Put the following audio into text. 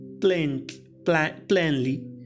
plainly